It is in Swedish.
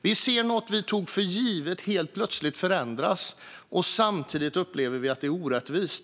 Vi ser något vi tog för givet helt plötsligt förändras, och samtidigt upplever vi att det är orättvist.